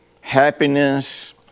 happiness